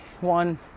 one